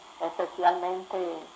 Especialmente